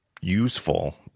useful